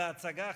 בהצגה,